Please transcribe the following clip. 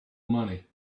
money